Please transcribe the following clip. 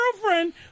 girlfriend